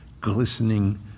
glistening